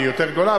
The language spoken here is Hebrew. היא יותר גדולה,